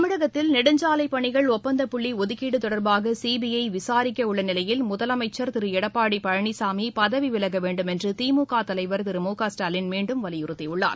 தமிழகத்தில் நெடுஞ்சாலைப் பணிகள் ஒப்பந்தப்புள்ளி ஒதுக்கீடு தொடர்பாக சிபிஐ விசாரிக்க உள்ள நிலையில் முதலமைச்சர் திரு எடப்பாடி பழனிசாமி பதவி விலக வேண்டும் என்று திமுக தலைவர் திரு மு க ஸ்டாலின் மீண்டும் வலியுறுத்தியுள்ளார்